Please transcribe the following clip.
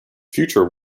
future